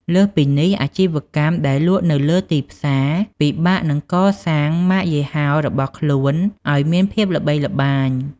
លើសពីនេះ អាជីវកម្មដែលលក់នៅលើ ទីផ្សារ ពិបាកនឹងកសាងម៉ាកយីហោរបស់ខ្លួនឱ្យមានភាពល្បីល្បាញ។